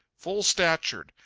full-statured,